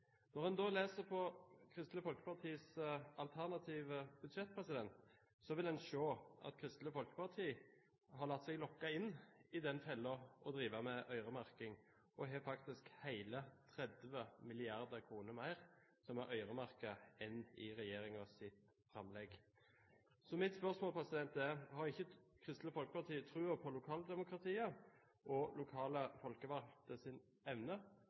Når en så leser Kristelig Folkepartis alternative budsjett, vil en se at Kristelig Folkeparti har latt seg lokke i den fellen å drive med øremerking, og faktisk har hele 30 mrd. kr mer som er øremerket, enn det regjeringen har i sitt framlegg. Mitt spørsmål er: Har ikke Kristelig Folkeparti troen på lokaldemokratiet og lokale